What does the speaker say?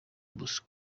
bosco